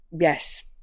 yes